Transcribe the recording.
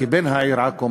כבן העיר עכו,